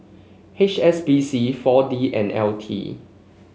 H S B C Four D and L T